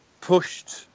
pushed